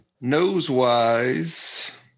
Nose-wise